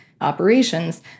operations